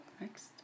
next